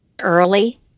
early